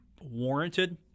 warranted